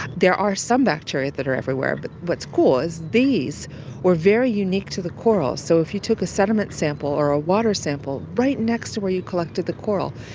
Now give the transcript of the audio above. there are some bacteria that are everywhere, but what's cool is these were very unique to the coral, so if you took a sediment sample or a water sample right next to where you collected the coral,